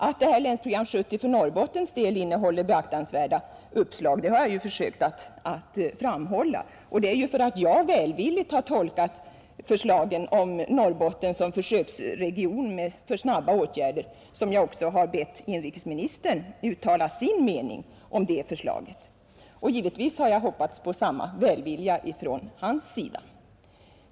Att Länsprogram 1970 för Norrbottens del innehåller beaktansvärda uppslag har jag försökt att framhålla, och det är ju för att jag välvilligt har tolkat förslagen om Norrbotten som försöksregion för snabba åtgärder som jag också har bett inrikesministern uttala sin mening om det förslaget. Givetvis har jag hoppats på samma välvilja från hans sida.